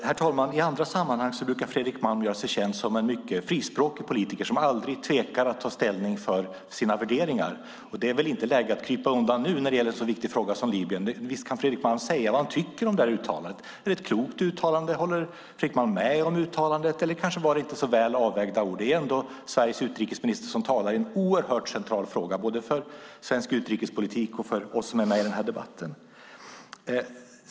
Herr talman! I andra sammanhang brukar Fredrik Malm göra sig känd som en mycket frispråkig politiker som aldrig tvekar att ta ställning för sina värderingar. Det är väl inte läge att krypa undan nu när det gäller en så viktig fråga som Libyen. Visst kan väl Fredrik Malm säga vad han tycker om uttalandet. Är det ett klokt uttalande? Håller Fredrik Malm med om uttalandet, eller var det kanske inte så väl avvägda ord? Det är ändå Sveriges utrikesminister som talar i en oerhört central fråga, både för svensk utrikespolitik och för oss som är med i denna debatt.